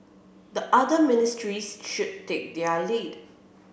the other ministries should take their lead